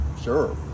sure